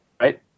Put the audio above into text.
right